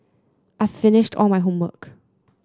I've finished all my homework